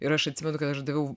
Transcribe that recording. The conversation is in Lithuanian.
ir aš atsimenu aš daviau